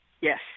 Yes